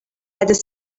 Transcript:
had